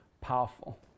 powerful